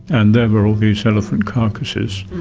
and there were all these elephant carcasses,